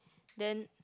then